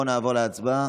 או שנעבור להצבעה.